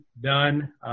done